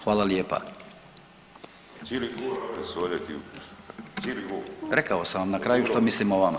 Hvala lijepa. … [[Upadica se ne razumije.]] Rekao sam vam na kraju što mislim o vama.